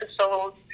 episodes